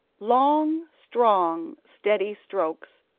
long, strong, steady strokes,